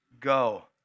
Go